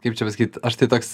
kaip čia pasakyt aš tai toks